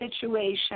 situation